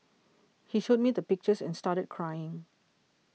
he showed me the pictures and started crying